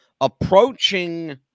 approaching